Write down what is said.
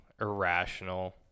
irrational